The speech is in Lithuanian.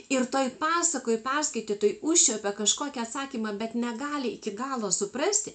ir toj pasakoj perskaitytoj užčiuopia kažkokį atsakymą bet negali iki galo suprasti